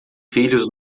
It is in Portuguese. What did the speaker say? filhos